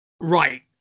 Right